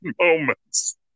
moments